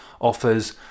offers